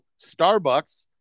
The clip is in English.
Starbucks